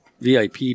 VIP